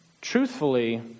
Truthfully